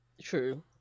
True